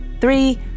Three